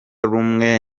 rumwe